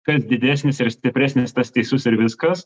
kas didesnis ir stipresnis tas teisus ir viskas